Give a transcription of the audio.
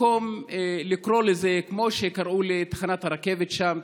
במקום לקרוא לו כמו שקראו לתחנת הרכבת שם,